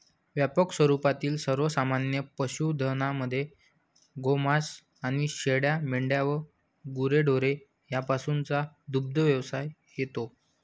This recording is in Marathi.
व्यापक स्वरूपातील सर्वमान्य पशुधनामध्ये गोमांस आणि शेळ्या, मेंढ्या व गुरेढोरे यापासूनचा दुग्धव्यवसाय येतो